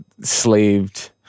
slaved